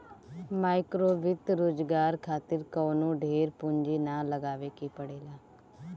माइक्रोवित्त रोजगार खातिर कवनो ढेर पूंजी ना लगावे के पड़ेला